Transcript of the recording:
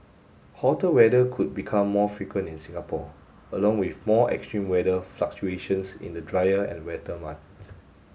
hotter weather could become more frequent in Singapore along with more extreme weather fluctuations in the drier and wetter months